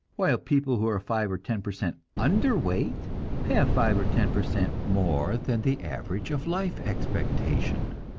while people who are five or ten per cent under weight have five or ten per cent more than the average of life expectation.